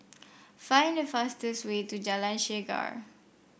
find the fastest way to Jalan Chegar